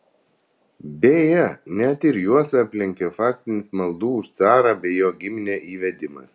beje net ir juos aplenkė faktinis maldų už carą bei jo giminę įvedimas